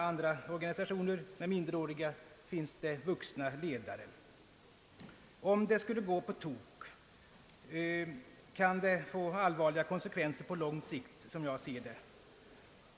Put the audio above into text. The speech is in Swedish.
I många organisationer med minderåriga medlemmar finns det vuxna ledare. Om det skulle gå på tok kan detta få allvarliga konsekvenser på lång sikt.